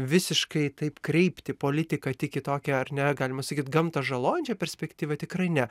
visiškai taip kreipti politiką tik į tokią ar ne galima sakyt gamtą žalojančią perspektyvą tikrai ne